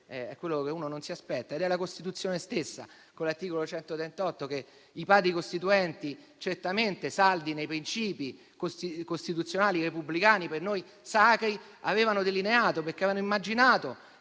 è quello che uno non si aspetta: è la Costituzione stessa, con l'articolo 138 che i Padri costituenti, certamente saldi nei princìpi costituzionali e repubblicani, per noi sacri, avevano delineato. Avevano infatti immaginato